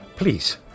Please